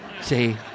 See